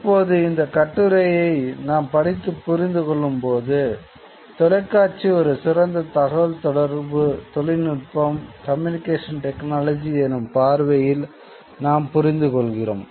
இப்போது இந்த கட்டுரையை நாம் படித்துப் புரிந்து கொள்ளும்போது தொலைக்காட்சி ஒரு சிறந்த தகவல்தொடர்பு தொழில்நுட்பம் எனும் பார்வையில் நாம் புரிந்துகொள்கிறோம்